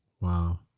Wow